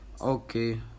Okay